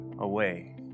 away